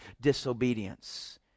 disobedience